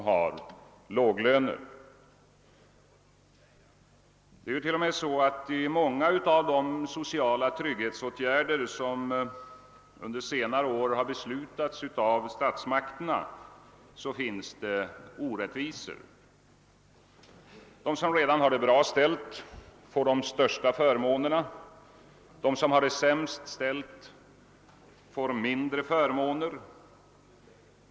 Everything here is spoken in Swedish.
Ja, det finns till och med i många av de sociala trygghetsåtgärder statsmakterna under senare år har beslutat stora orättvisor. De människor som har det bra ställt har fått de största förmånerna, och de sämst ställda har fått mindre.